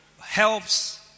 helps